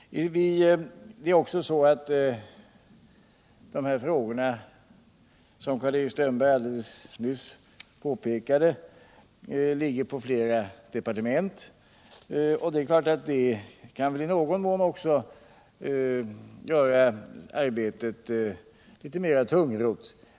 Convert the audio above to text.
Som Karl-Erik Strömberg nyss påpekade ligger de här frågorna på flera departement. Det kan också i någon mån göra arbetet litet mera tungrott.